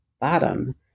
bottom